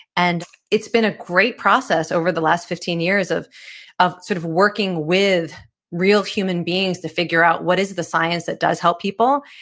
and it's been a great process over the last fifteen years of of sort of working with real human beings to figure out what is the science that does help people,